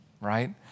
right